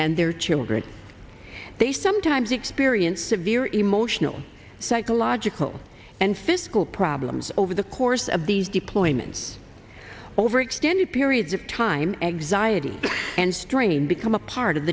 and their children they sometimes experience severe emotional psychological and physical problems over the course of these deployments over extended periods of time exile and strain become a part of